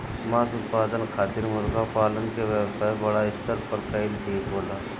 मांस उत्पादन खातिर मुर्गा पालन क व्यवसाय बड़ा स्तर पर कइल ठीक होला